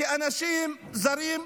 כאנשים זרים.